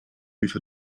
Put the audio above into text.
with